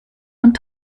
und